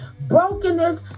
Brokenness